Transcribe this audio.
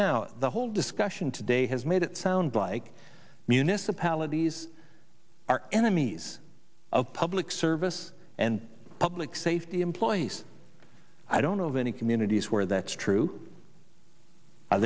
now the whole discussion today has made it sound like municipalities are enemies of public service and public safety employees i don't know of any communities where that's true